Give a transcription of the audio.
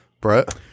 Brett